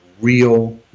real